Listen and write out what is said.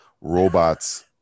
robots